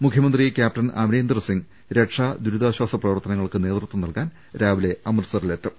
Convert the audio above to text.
മുഖ്യമന്ത്രി ക്യാപ്റ്റൻ അമരീന്ദർ സിങ്ങ് രക്ഷാദുരിതാശ്വാസ പ്രവർത്തനങ്ങൾക്ക് നേതൃത്വം നൽകാൻ രാവിലെ അമൃത്സറിലെ ത്തും